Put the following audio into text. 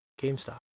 GameStop